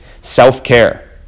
Self-care